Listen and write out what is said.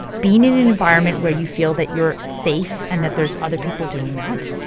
being in an environment where you feel that you're safe and that there's other people doing that,